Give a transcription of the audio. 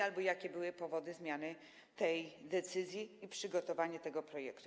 Albo jakie były powody zmiany tej decyzji i przygotowania tego projektu?